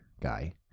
guy